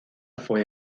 fue